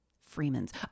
Freeman's